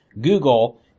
Google